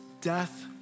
death